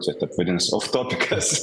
čia taip vadinasi oftopikas